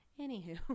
Anywho